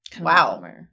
Wow